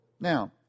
Now